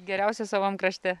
geriausia savam krašte